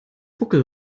buckel